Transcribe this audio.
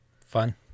Fun